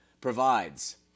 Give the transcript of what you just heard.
provides